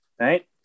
Right